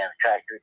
tractor